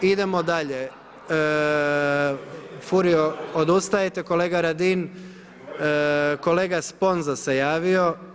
Idemo dalje, Furio, odustajete kolega Radin, kolega Sponza se javio.